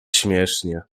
śmiesznie